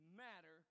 matter